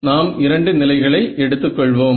நாம் இரண்டு நிலைகளை எடுத்துக் கொள்வோம்